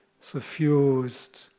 suffused